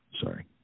Sorry